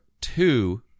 two